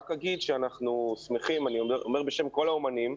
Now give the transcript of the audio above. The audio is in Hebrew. רק אגיד בשם כל האומנים,